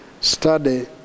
study